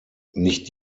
nicht